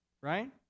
right